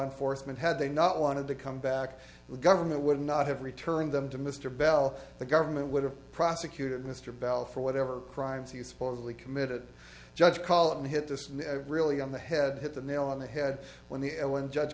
enforcement had they not wanted to come back the government would not have returned them to mr bell the government would have prosecuted mr bell for whatever crimes he supposedly committed judge call and hit this really on the head hit the nail on the head when the ellen judge